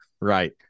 Right